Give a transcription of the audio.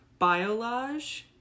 biolage